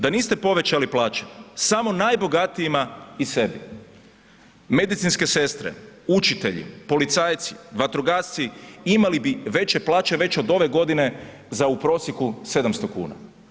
Da niste povećali plaće samo najbogatijima i sebi medicinske sestre, učitelji, policajci, vatrogasci imali bi veće plaće već od ove godine za u prosjeku 700 kuna.